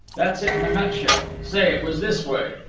that's it in a nutshell. say, it was this way.